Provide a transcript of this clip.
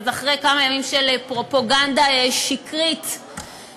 אז אחרי כמה ימים של פרופגנדה שקרית ומסולפת,